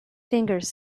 fingers